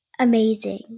Amazing